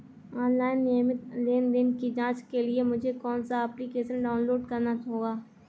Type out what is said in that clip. Online नियमित लेनदेन की जांच के लिए मुझे कौनसा एप्लिकेशन डाउनलोड करना होगा?